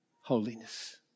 holiness